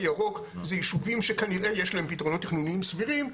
וירוק זה יישובים שכנראה יש להם פתרונות תכנוניים סבירים,